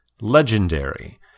Legendary